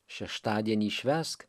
šeštadienį švęsk